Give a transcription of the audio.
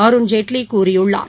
அருண்ஜேட்லிகூறியுள்ளார்